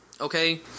Okay